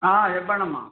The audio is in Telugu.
చెప్పండమ్మా